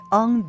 on